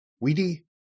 weedy